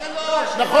נכון, שלום.